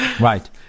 right